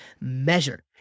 measure